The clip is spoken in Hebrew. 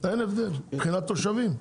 אין הבדל מבחינת מספר התושבים.